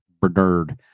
Bernard